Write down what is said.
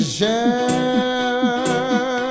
share